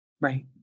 Right